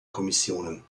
kommissionen